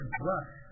brush